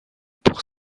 pour